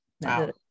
wow